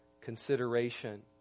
consideration